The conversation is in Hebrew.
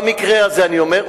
במקרה הזה אני אומר,